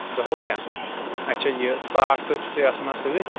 دہ وَے یہ اچھا یہِ ژاٹ کٔژ چھُ تۄہہِ آسان اَتھ سۭتۍ